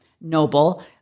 noble